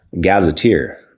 Gazetteer